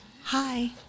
Hi